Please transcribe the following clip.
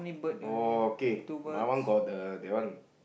okay my old got the that one